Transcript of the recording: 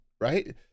right